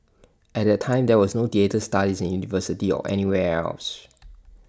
at that time there was no theatre studies in university or anywhere else